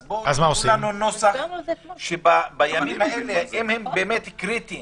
אז תנו לנו נוסח שבימים האלה, אם הם באמת קריטיים